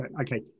okay